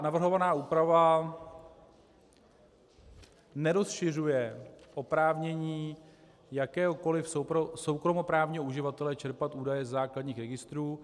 Navrhovaná úprava nerozšiřuje oprávnění jakéhokoliv soukromoprávního uživatele čerpat údaje ze základních registrů.